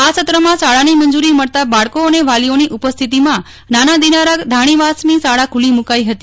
આ સત્રમાં શાળાની મંજૂરી મળતાં બાળકો અને વાલીઓની ઉપસ્થિતિમાં નાના દિનારા ધાણીવાસની શાળા ખુલ્લી મુકાઇ ફતી